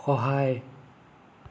সহায়